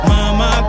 Mama